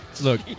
Look